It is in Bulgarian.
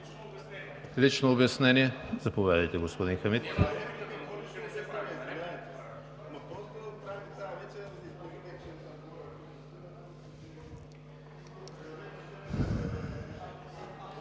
Лично обяснение – заповядайте, господин Хамид.